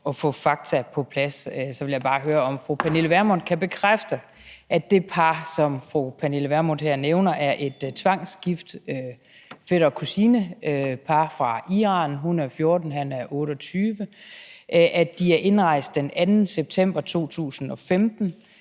at få fakta på plads vil jeg høre, om fru Pernille Vermund kan bekræfte, at det par, som fru Pernille Vermund her nævner, er et tvangsgift fætter og kusine-par fra Iran – hun er 14 år, han er 28 år – at de er indrejst den 2. september 2015,